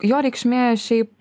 jo reikšmė šiaip